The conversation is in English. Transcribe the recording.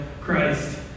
Christ